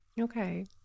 Okay